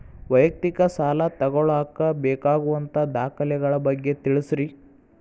ವೈಯಕ್ತಿಕ ಸಾಲ ತಗೋಳಾಕ ಬೇಕಾಗುವಂಥ ದಾಖಲೆಗಳ ಬಗ್ಗೆ ತಿಳಸ್ರಿ